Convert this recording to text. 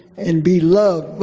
and be loved